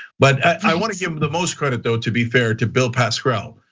but i want to give them the most credit though, to be fair to bill pascrell.